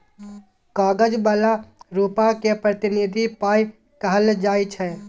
कागज बला रुपा केँ प्रतिनिधि पाइ कहल जाइ छै